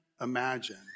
imagine